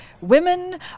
women